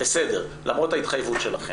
למרות ההתחייבות שלכם.